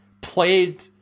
played